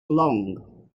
long